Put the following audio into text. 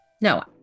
No